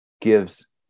gives